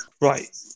Right